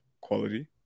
quality